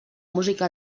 música